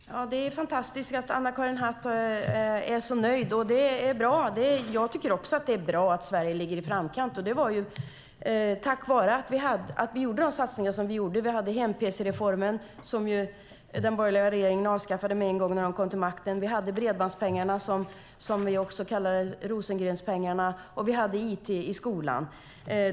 Fru talman! Det är fantastiskt att Anna-Karin Hatt är så nöjd. Det är bra. Jag tycker också att det är bra att Sverige ligger i framkant, och det var ju tack vare att vi gjorde de satsningar som vi gjorde. Vi hade hem-PC-reformen som den borgerliga regeringen avskaffade med en gång när de kom till makten. Vi hade bredbandspengarna som vi också kallade Rosengrenspengarna, och vi hade IT i skolan.